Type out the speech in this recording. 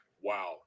Wow